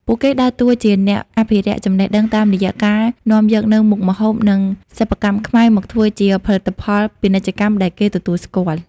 ពួកគេដើរតួជាអ្នកអភិរក្សចំណេះដឹងតាមរយៈការនាំយកនូវមុខម្ហូប និងសិប្បកម្មខ្មែរមកធ្វើជាផលិតផលពាណិជ្ជកម្មដែលគេទទួលស្គាល់។